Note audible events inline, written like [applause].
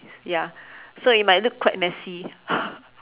ya so it might look quite messy [laughs]